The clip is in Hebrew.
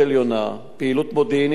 פעילות מודיעינית חקירתית.